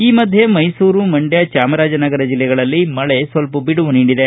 ಈ ಮಧ್ಯೆ ಮೈಸೂರು ಮಂಡ್ಯ ಚಾಮರಾಜನಗರ ಜಿಲ್ಲೆಗಳಲ್ಲಿ ಮಳೆ ಸ್ವಲ್ಪ ಬಿಡುವು ನೀಡಿದೆ